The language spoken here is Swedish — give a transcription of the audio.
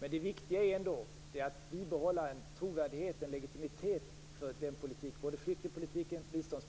Det viktiga är att bibehålla en trovärdighet, legitimitet, för flykting och biståndspolitiken.